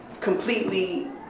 completely